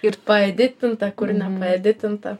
ir paeditinta kur nepaeditinta